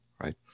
right